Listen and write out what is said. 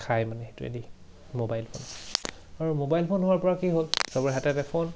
খায় মানে সেইটোৱেদি মোবাইল ফোন আৰু মোবাইল ফোন হোৱাৰ পৰা কি হ'ল চবৰে হাতে হাতে ফোন